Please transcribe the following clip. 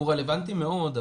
הוא רלבנטי מאוד,